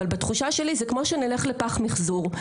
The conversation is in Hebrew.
אבל בתחושה שלי זה כמו שנלך לפח מחזור,